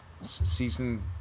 Season